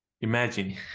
Imagine